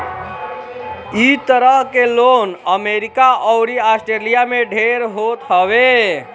इ तरह के लोन अमेरिका अउरी आस्ट्रेलिया में ढेर होत हवे